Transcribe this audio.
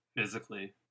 physically